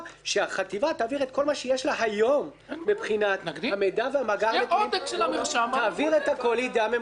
שהחטיבה תעביר את כל מה שיש לה ביום מבחינת המידע לידי הממונה היום,